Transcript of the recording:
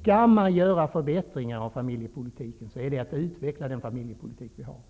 Skall man göra förbättringar i familjepolitiken, så måste det ske genom en utveckling av den familjepolitik som vi redan har.